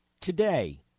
Today